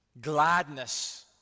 gladness